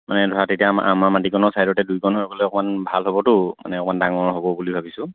মানে ধৰা তেতিয়া আম আমাৰ মাটিকণৰ চাইদতে দুইকণ হৈ গ'লে অকণমান ভাল হ'বতো মানে অকণমান ডাঙৰ হ'ব বুলি ভাবিছোঁ